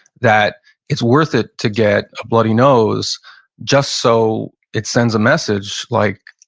that it's worth it to get a bloody nose just so it sends a message like,